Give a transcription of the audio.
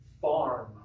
farm